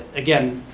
again,